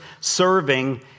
serving